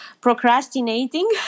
procrastinating